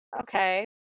Okay